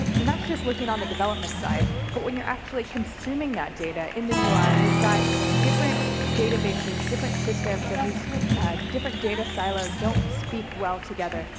and that's just looking on the development side, but when you're actually consuming that data in the ui, ah you've got different databases, different systems and these different data silos don't speak well together.